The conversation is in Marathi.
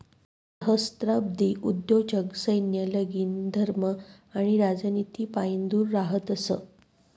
सहस्त्राब्दी उद्योजक सैन्य, लगीन, धर्म आणि राजनितीपाईन दूर रहातस